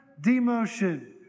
demotion